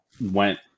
went